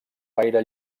gaire